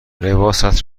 لباست